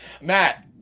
Matt